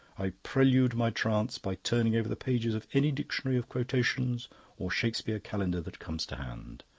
i prelude my trance by turning over the pages of any dictionary of quotations or shakespeare calendar that comes to hand.